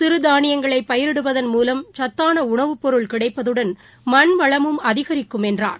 சிறுதானியங்களைபயரிடுவதன் மூலம் சத்தாணஉணவு பொருள் கிடைப்பதுடன் மண்வளமும் அதிகரிக்கும் என்றார்